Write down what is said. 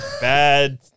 bad